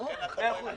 מאה אחוז.